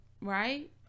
right